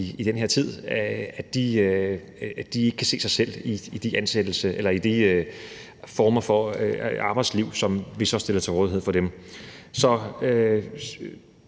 i den her tid, ikke kan se sig selv i de former for arbejdsliv, vi så stiller til rådighed for dem. Så